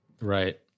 Right